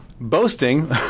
boasting